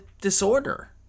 disorder